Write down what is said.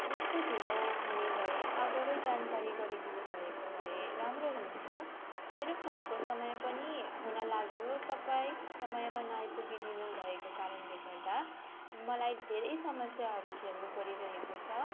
यस्तो ढिलो हुने भए अगावै जानकारी गरिदिनु भएको भए राम्रो हुन्थ्यो मेरो फ्लाइटको समय पनि हुनलाग्यो तपाईँ समयमा नआइपुगी दिनुभएको कारणले गर्दा मलाई धेरै समस्याहरू झेल्नु परिरहेको छ